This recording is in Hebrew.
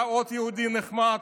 היה עוד יהודי נחמד,